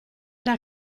era